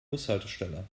bushaltestelle